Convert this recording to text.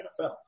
NFL